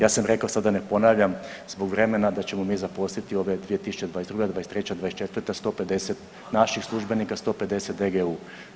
Ja sam rekao sada da ne ponavljam zbog vremena da ćemo mi zaposliti ove 2022., 2023., 2024. 150 naših službenika, 150 DGU.